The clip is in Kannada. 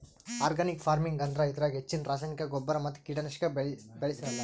ಆರ್ಗಾನಿಕ್ ಫಾರ್ಮಿಂಗ್ ಅಂದ್ರ ಇದ್ರಾಗ್ ಹೆಚ್ಚಿನ್ ರಾಸಾಯನಿಕ್ ಗೊಬ್ಬರ್ ಮತ್ತ್ ಕೀಟನಾಶಕ್ ಬಳ್ಸಿರಲ್ಲಾ